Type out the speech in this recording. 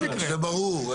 זה ברור,